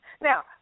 Now